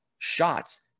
Shots